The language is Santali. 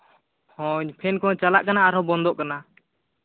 ᱦᱳᱭ ᱯᱷᱮᱱ ᱠᱚᱦᱚᱸ ᱪᱟᱞᱟᱜ ᱠᱟᱱᱟ ᱟᱨᱦᱚᱸ ᱵᱚᱱᱫᱚᱜ ᱠᱟᱱᱟ